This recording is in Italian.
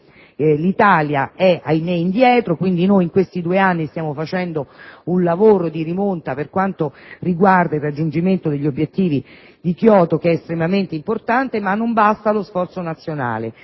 l'Italia è, ahimè, indietro, e quindi in questi due anni stiamo facendo un lavoro di rimonta per quanto riguarda il raggiungimento degli obiettivi del Protocollo di Kyoto, che è estremamente importante. Non basta però lo sforzo a livello